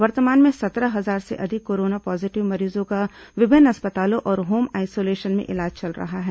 वर्तमान में सत्रह हजार से अधिक कोरोना पॉजीटिव मरीजों का विभिन्न अस्पतालों और होम आइसोलेशन में इलाज चल रहा है